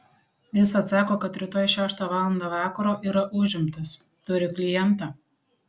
jis atsako kad rytoj šeštą valandą vakaro yra užimtas turi klientą